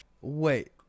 Wait